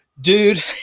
dude